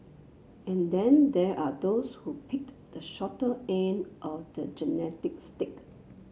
and then there are those who picked the shorter end of the genetic stick